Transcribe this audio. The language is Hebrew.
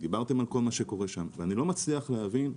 דיברתם על כל מה שקורה שם ואני לא מצליח להבין,